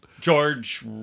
George